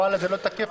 הנוהל הזה לא תקף,